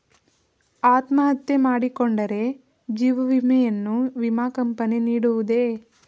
ಅತ್ಮಹತ್ಯೆ ಮಾಡಿಕೊಂಡರೆ ಜೀವ ವಿಮೆಯನ್ನು ವಿಮಾ ಕಂಪನಿ ನೀಡುವುದೇ?